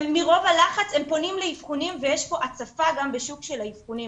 מרוב הלחץ הם פונים לאבחונים ויש הצפה גם בשוק של האבחונים.